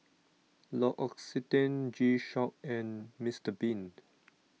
L'Occitane G Shock and Mister Bean